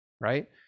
Right